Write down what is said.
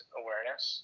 awareness